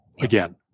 again